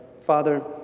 Father